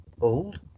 old